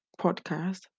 podcast